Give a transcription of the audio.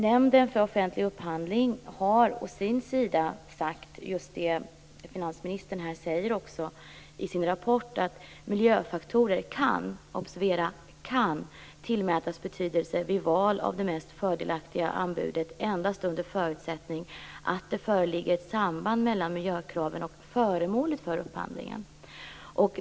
Nämnden för offentlig upphandling å sin sida har i sin rapport sagt just det som finansministern också säger, nämligen att miljöfaktorer kan - observera kan - tillmätas betydelse vid val av det mest fördelaktiga anbudet endast under förutsättning att det föreligger ett samband mellan miljökraven och föremålet för upphandlingen.